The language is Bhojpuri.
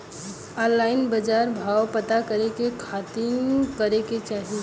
ऑनलाइन बाजार भाव पता करे के खाती का करे के चाही?